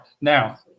Now